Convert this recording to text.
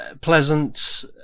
pleasant